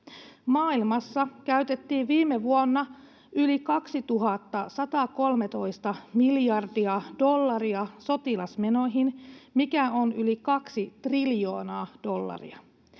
Maailmassa käytettiin viime vuonna yli 2 113 miljardia dollaria sotilasmenoihin, mikä on yli kaksi triljoonaa dollaria.